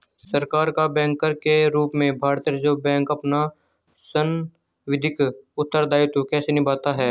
सरकार का बैंकर के रूप में भारतीय रिज़र्व बैंक अपना सांविधिक उत्तरदायित्व कैसे निभाता है?